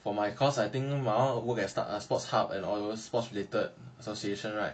for my course I think my [one] work at sports hub and all those sports related association right